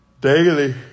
daily